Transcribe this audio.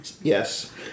Yes